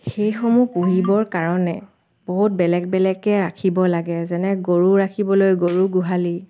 সেইসমূহ পুহিবৰ কাৰণে বহুত বেলেগ বেলেগকৈ ৰাখিব লাগে যেনে গৰু ৰাখিবলৈ গৰু গোহালি